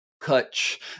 Kutch